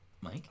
Mike